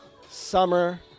summer